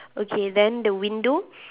okay then the window